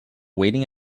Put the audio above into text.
waiting